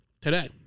today